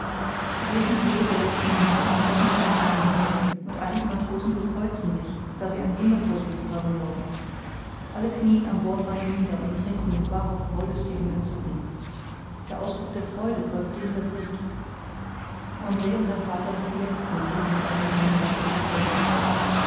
die wilden thiere der letzten minuten strecken die arme gen himmel und einige matrosen bekreuzen sich da sie ein wunder vor sich zu haben glauben alle knieen am bordrande nieder und trinken mit wahrhaft wollüstigem entzücken der ausbruch der freude folgt dem der wuth andr und sein vater sind die letzten die dem allgemeinen beispiele folgen